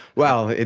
well,